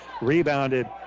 Rebounded